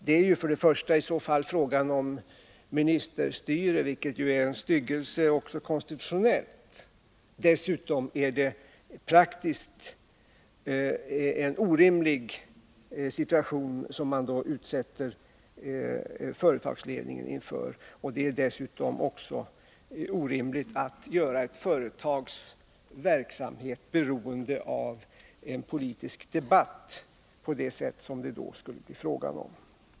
Det är i så fall för det första fråga om ministerstyre, vilket ju är en styggelse också konstitutionellt. För det andra är det praktiskt en orimlig situation, som man då ställer företagsledningen inför. Dessutom är det orimligt att göra ett företag beroende av en politisk debatt på det sätt som det då skulle bli fråga om.